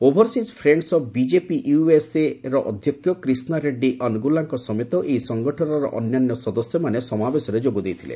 overseas ଫ୍ରେଶ୍ଡସ୍ of BJP ୟୁଏସ୍ଏର ଅଧ୍ୟକ୍ଷ କ୍ରୀଷ୍ଣା ରେଡ୍ଜୀ ଅନୁଗୁଲାଙ୍କ ସମେତ ଏହି ସଂଗଠନର ଅନ୍ୟାନ୍ୟ ସଦସ୍ୟମାନେ ସମାବେଶରେ ଯୋଗଦେଇଥିଲେ